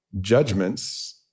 judgments